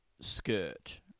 skirt